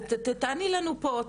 תעני לנו פה,